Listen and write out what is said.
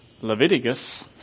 Leviticus